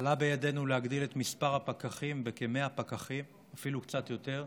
עלה בידינו להגדיל את מספר הפקחים בכ-100 פקחים ואפילו קצת יותר.